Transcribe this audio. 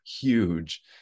huge